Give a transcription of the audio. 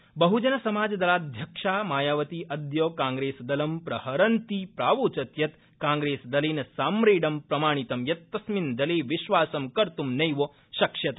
बसपाध्यक्षा बहुजन समाज दलाध्यक्षा मायावती अद्य कांग्रेसदलं प्रहरन्ती प्रावोचत् यत् कांग्रेसदलेन साप्रेडं प्रमाणितं यत् तस्मिन् दले विश्वासं कर्त्त् नैव शक्ष्यते